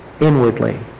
inwardly